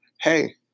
hey